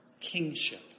kingship